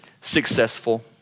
successful